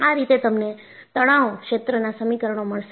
આ રીતે તમને તણાવ ક્ષેત્રના સમીકરણો મળશે